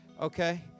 okay